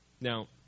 Now